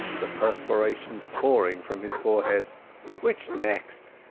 the perspiration pouring from his forehead which next?